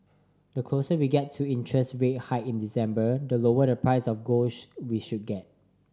the closer we get to the interest rate hike in December the lower the price of gold we should get